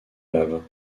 lave